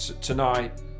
tonight